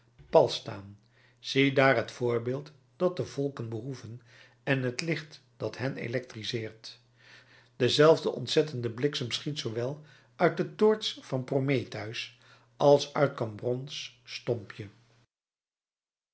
pal staan ziedaar het voorbeeld dat de volken behoeven en het licht dat hen electriseert dezelfde ontzettende bliksem schiet zoowel uit de toorts van prometheus als uit cambronnes stompje